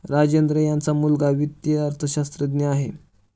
राजेंद्र यांचा मुलगा वित्तीय अर्थशास्त्रज्ञ आहे